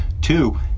Two